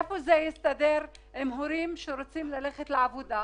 איפה זה מסתדר עם הורים שרוצים ללכת לעבודה?